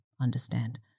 understand